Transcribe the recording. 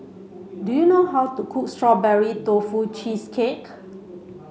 do you know how to cook strawberry tofu cheesecake